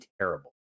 terrible